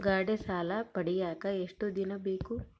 ಗಾಡೇ ಸಾಲ ಪಡಿಯಾಕ ಎಷ್ಟು ದಿನ ಬೇಕು?